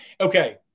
Okay